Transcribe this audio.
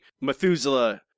Methuselah